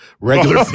Regular